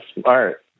smart